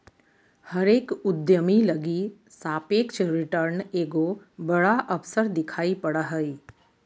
हरेक उद्यमी लगी सापेक्ष रिटर्न एगो बड़ा अवसर दिखाई पड़ा हइ